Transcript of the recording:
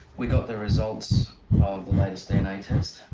we got the results of the latest dna test.